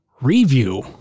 review